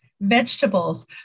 vegetables